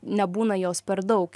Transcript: nebūna jos per daug